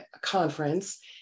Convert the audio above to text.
conference